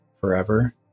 forever